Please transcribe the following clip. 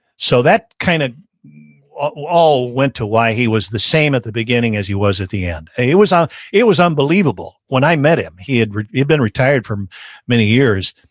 so that kind of all went to why he was the same at the beginning as he was at the end. it was ah it was unbelievable. when i met him he had had been retired for many years,